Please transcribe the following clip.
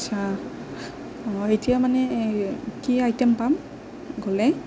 আচ্ছা এতিয়া মানে এই কি আইটেম পাম গ'লে